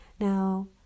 Now